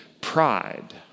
pride